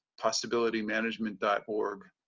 possibilitymanagement.org